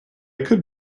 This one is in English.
could